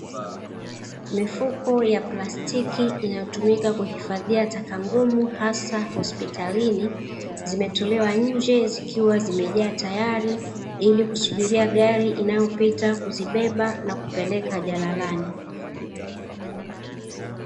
Plastiki inayotumika kuhifadhia taka ngumu hasa hospitali, zimetolewa nje zikiwa zimejaa tayari ili kusubiria gari inayopita kizibeba na kuoeleka jalalani.